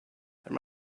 there